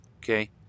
Okay